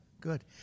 good